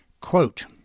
Quote